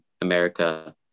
America